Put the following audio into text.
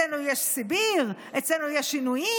אצלנו יש סיביר, אצלנו יש עינויים,